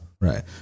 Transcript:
Right